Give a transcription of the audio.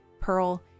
Pearl